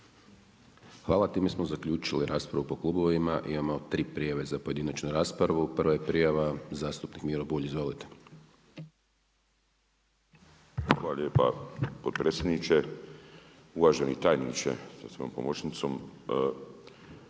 Hvala. Time smo zaključili raspravu po klubovima. Imamo tri prijave za pojedinačnu raspravu. Prva je prijava zastupnik Miro Bulj. Izvolite. **Bulj, Miro (MOST)** Hvala lijepa potpredsjedniče, uvaženi tajniče sa svojom pomoćnicom.